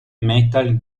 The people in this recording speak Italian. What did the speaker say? metal